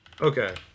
Okay